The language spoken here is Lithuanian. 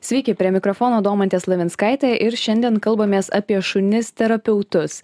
sveiki prie mikrofono domantė slavinskaitė ir šiandien kalbamės apie šunis terapeutus